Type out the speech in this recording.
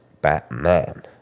Batman